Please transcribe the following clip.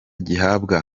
gihabwa